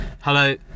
Hello